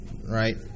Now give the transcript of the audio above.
right